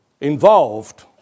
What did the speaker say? involved